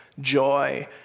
joy